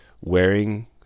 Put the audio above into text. wearing